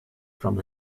from